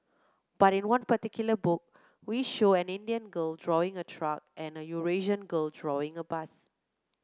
but in one particular book we show an Indian girl drawing a truck and a Eurasian girl drawing a bus